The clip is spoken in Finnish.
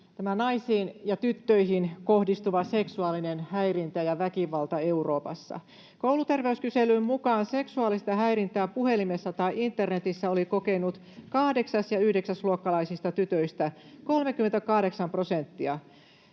tämä naisiin ja tyttöihin kohdistuva seksuaalinen häirintä ja väkivalta Euroopassa. Kouluterveyskyselyn mukaan seksuaalista häirintää puhelimessa tai internetissä oli kokenut kahdeksas- ja yhdeksäsluokkalaisista tytöistä 38 prosenttia